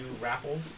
raffles